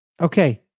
Okay